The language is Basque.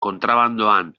kontrabandoan